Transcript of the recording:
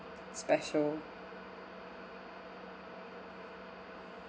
special